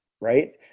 right